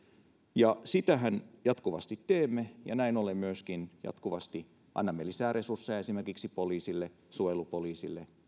ja sitähän jatkuvasti teemme ja näin ollen myöskin jatkuvasti annamme lisää resursseja esimerkiksi poliisille suojelupoliisille